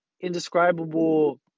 indescribable